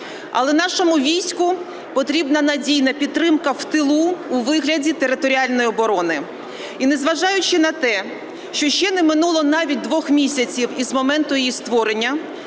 Але нашому війську потрібна надійна підтримка в тилу у вигляді територіальної оборони. І незважаючи на те, що ще не минуло навіть двох місяців із моменту її створення,